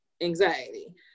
anxiety